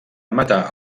matar